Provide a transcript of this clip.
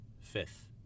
fifth